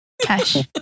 Cash